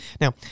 now